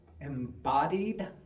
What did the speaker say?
embodied